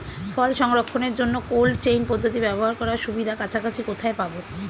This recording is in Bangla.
ফল সংরক্ষণের জন্য কোল্ড চেইন পদ্ধতি ব্যবহার করার সুবিধা কাছাকাছি কোথায় পাবো?